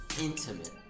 intimate